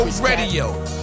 Radio